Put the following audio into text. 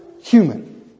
human